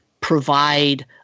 provide